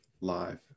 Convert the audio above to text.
live